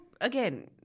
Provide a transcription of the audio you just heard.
again